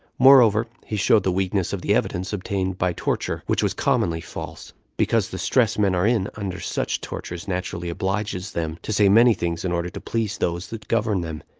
moreover he showed the weakness of the evidence obtained by torture, which was commonly false, because the distress men are in under such tortures naturally obliges them to say many things in order to please those that govern them.